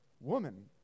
woman